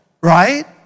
right